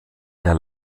der